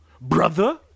brother